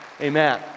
Amen